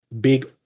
big